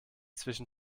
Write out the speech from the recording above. zwischen